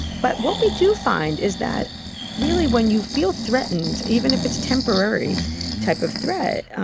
but what we do find is that really when you feel threatened, even if it's temporary type of threat,